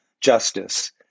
justice